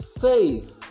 faith